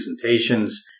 presentations